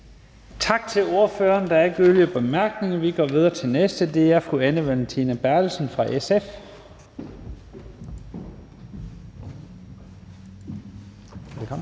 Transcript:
Tak til ordføreren. Der er ikke yderligere korte bemærkninger. Vi går videre til den næste. Det er fru Anne Valentina Berthelsen fra SF. Kl.